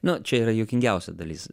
nu čia yra juokingiausia dalis